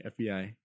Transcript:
FBI